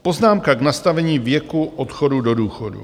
Poznámka k nastavení věku odchodu do důchodu.